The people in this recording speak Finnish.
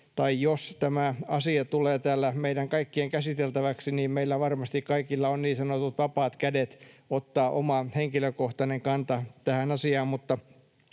tai jos tämä asia tulee täällä meidän kaikkien käsiteltäväksi, meillä varmasti kaikilla on niin sanotut vapaat kädet ottaa oma henkilökohtainen kanta tähän asiaan,